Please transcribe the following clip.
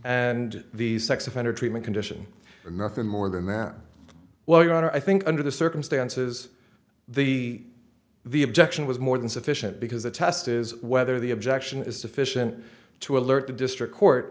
and the sex offender treatment condition and nothing more than that well your honor i think under the circumstances the the objection was more than sufficient because the test is whether the objection is sufficient to alert the district court